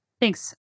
Thanks